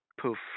poof